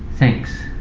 thanks.